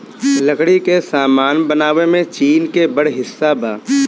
लकड़ी के सामान बनावे में चीन के बड़ हिस्सा बा